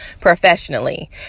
professionally